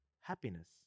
happiness